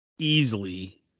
Easily